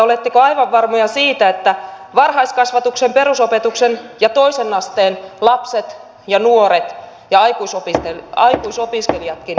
oletteko aivan varmoja siitä että varhaiskasvatuksen perusopetuksen ja toisen asteen lapset ja nuoret ja aikuisopiskelijatkin nämä leikkaukset kestävät